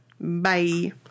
Bye